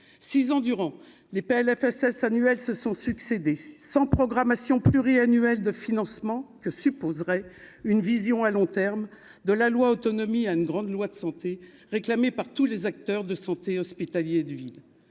six ans durant les PLFSS annuel se sont sans programmation pluriannuelle de financement que supposerait une vision à long terme de la loi autonomie à une grande loi de santé réclamée par tous les acteurs de santé hospitalier de ville